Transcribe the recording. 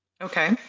Okay